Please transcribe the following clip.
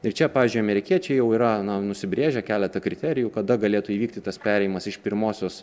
ir čia pavyzdžiui amerikiečiai jau yra na nusibrėžę keletą kriterijų kada galėtų įvykti tas perėjimas iš pirmosios